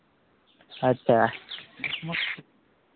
अच्छा